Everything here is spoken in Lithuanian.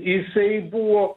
jisai buvo